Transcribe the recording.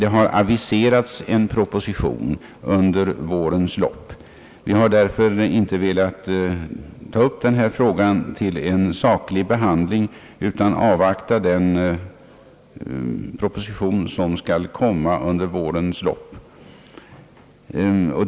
En proposition är också aviserad under vårens lopp. Vi har därför inte velat ta upp frågan till sakbehandling nu utan avvaktar den kommande propositionen.